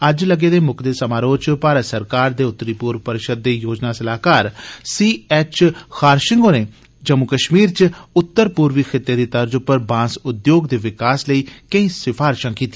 अज्ज लग्गे दे मुक्कदे समारोह च भारत सरकार दे उत्तरी पूर्व परिषद दे योजना सलाह्कार सी एच खारशिंग होरें जम्मू कश्मीर च उत्तर पूर्वी खित्ते दी तर्ज पर बांस उद्योग दे विकास लेई केंई सफारशें गी पेश कीता